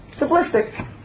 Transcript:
simplistic